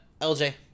lj